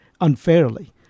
unfairly